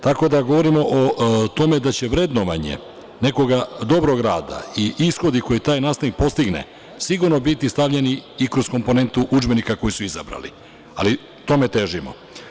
Tako da govorimo o tome da će vrednovanje nekoga dobrog rada i ishodi koje taj nastavnik postigne sigurno biti stavljeni i kroz komponentu udžbenika koje su izabrali, ali tome težimo.